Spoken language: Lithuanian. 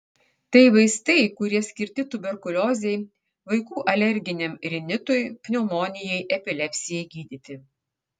tai vaistai kurie skirti tuberkuliozei vaikų alerginiam rinitui pneumonijai epilepsijai gydyti